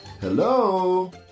Hello